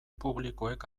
publikoek